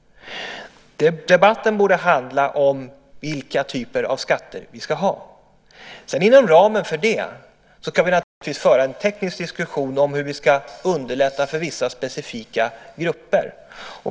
Debatten borde handla om vilka typer av skatter vi ska ha. Inom ramen för det kan vi sedan naturligtvis föra en teknisk diskussion om hur vi ska underlätta för vissa specifika grupper.